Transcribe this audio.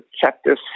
chapter